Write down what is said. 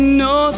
no